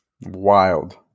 Wild